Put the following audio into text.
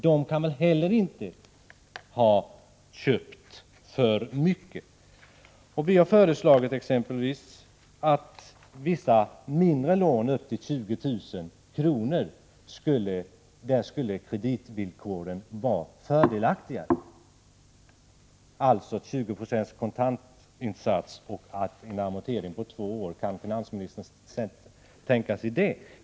De kan väl inte heller ha köpt för mycket. Vi har föreslagit att kreditvillkoren för vissa mindre lån, exempelvis på upp till 20 000 kr., skulle göras fördelaktigare — 2096 kontantinsats och en amortering på två år. Kan finansministern tänka sig det?